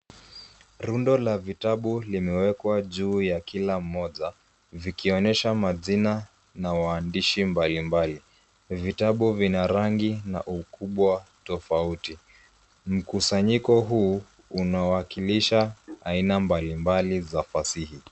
Rundo la vitabu limewekwa juu ya kila mmoja vikionyesha majina na waandishi mbalimbali. Vitabu vina rangi na ukubwa tofauti, mkusanyiko huu unawakilisha aina mbalimbali za fasihi.